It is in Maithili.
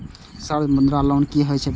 सर मुद्रा लोन की हे छे बताबू?